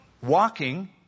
walking